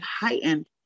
heightened